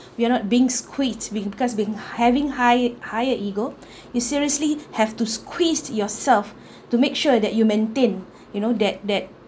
you are not being squeezed because being having high higher ego you seriously have to squeeze yourself to make sure that you maintain you know that that